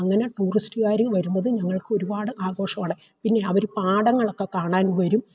അങ്ങനെ ടൂറിസ്റ്റ്കാര് വരുന്നത് ഞങ്ങൾക്ക് ഒരുപാട് ആഘോഷവോടെ പിന്നെ അവര് പാടങ്ങളൊക്കെ കാണാൻ വരും